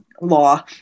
Law